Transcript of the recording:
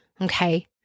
okay